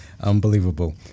Unbelievable